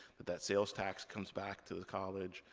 that sales tax comes back to the college.